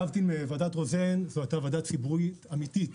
להבדיל מוועדת רוזן זו הייתה ועדה ציבורית אמיתית,